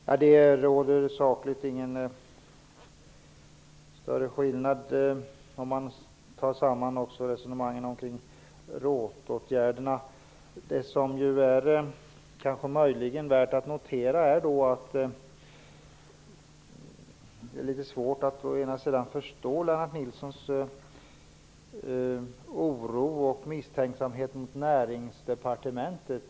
Herr talman! Det är i sak ingen större skillnad mellan våra åsikter, även om man också inbegriper resonemangen kring ROT-åtgärderna. Det är dock litet svårt att förstå Lennart Nilssons oro och misstänksamhet gentemot Näringsdepartementet.